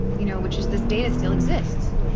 you know, which is this data still exists.